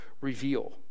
reveal